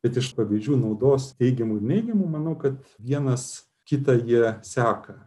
bet iš pavydžių naudos teigiamų ir neigiamų manau kad vienas kitą jie seka